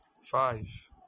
five